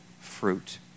fruit